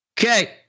Okay